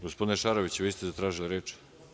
Gospodine Šaroviću, vi ste zatražili reč?